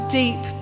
deep